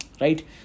right